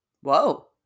Whoa